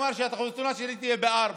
הוא אמר: החתונה שלי תהיה ב-16:00,